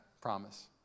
promise